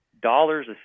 Dollars